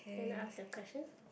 you want to ask a question